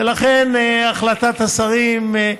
ולכן החלטת השרים,